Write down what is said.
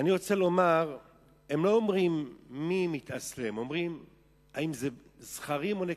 הם לא אומרים מי מתאסלם, האם זכרים או נקבות,